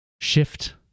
shift